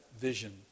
vision